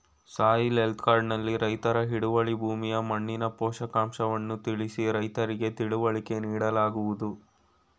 soil health card ನಲ್ಲಿ ರೈತರ ಹಿಡುವಳಿ ಭೂಮಿಯ ಮಣ್ಣಿನ ಪೋಷಕಾಂಶವನ್ನು ತಿಳಿಸಿ ರೈತರಿಗೆ ತಿಳುವಳಿಕೆ ನೀಡಲಾಗುವುದು